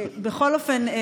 בכל אופן,